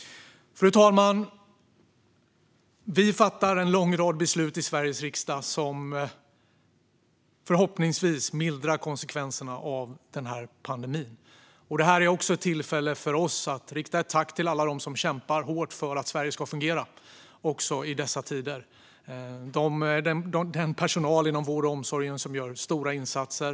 Fru talman! Vi fattar en lång rad beslut i Sveriges riksdag som förhoppningsvis mildrar konsekvenserna av pandemin. Det här är även ett tillfälle för oss att rikta ett tack till alla dem som kämpar hårt för att Sverige ska fungera också i dessa tider. Det är personalen inom vården och omsorgen, som gör stora insatser.